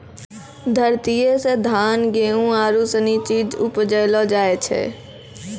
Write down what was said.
धरतीये से धान, गेहूं आरु सनी चीज उपजैलो जाय छै